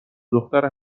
دختر